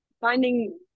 finding